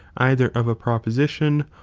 either of a proposition,